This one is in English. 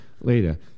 later